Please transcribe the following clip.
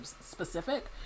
specific